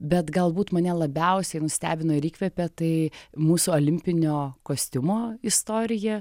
bet galbūt mane labiausiai nustebino ir įkvepė tai mūsų olimpinio kostiumo istorija